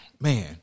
man